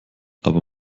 aber